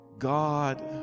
God